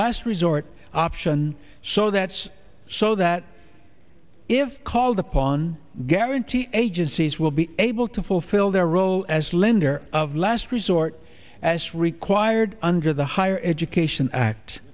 last resort option so that's so that if called upon guaranty agencies will be able to fulfill their role as lender of last resort as required under the higher education act